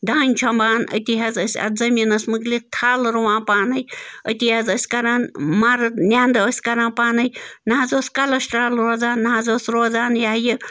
دانہِ چھۄمبان أتی حظ ٲسۍ اَتھ زٔمیٖنَس متعلِق تھَل رُوان پانَے أتی حظ ٲسۍ کران مَرٕد نٮ۪نٛدٕ ٲسۍ کران پانَے نہٕ حظ اوس کَلَسٹرٛال روزان نہ حظ اوس روزان یِہ ہہ یہِ